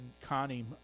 Connie